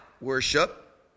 worship